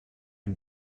and